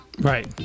right